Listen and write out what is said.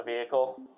vehicle